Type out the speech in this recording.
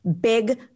big